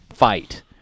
fight